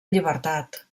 llibertat